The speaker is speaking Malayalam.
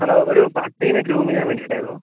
ഹലോ ഒരു പട്ടീനെ ഗ്രൂം ചെയ്യാൻ വേണ്ടിയിട്ട് ആയിരുന്നു